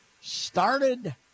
started